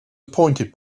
appointed